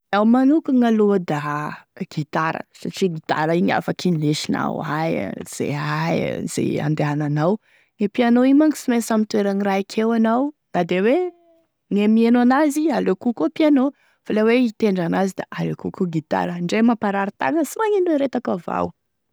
Iaho manokagny aloha da guitare, satria guitare igny afaky indesinao aia, ze aia z handehananao, e piano igny manko sy mainsy ame toeragny raiky eo anao na de hoe e miheno an'azy aleiko kokoa piano, fa la hoe hitendry an'azy aleiko kokoa guitare ndre mamparary tagna sy magnino hiaretako avao.